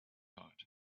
heart